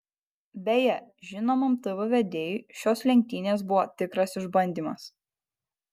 beje žinomam tv vedėjui šios lenktynės buvo tikras išbandymas